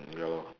ya lor